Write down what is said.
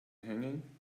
hanging